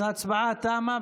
אז ההצבעה תמה.